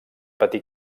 patir